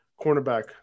cornerback